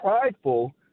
prideful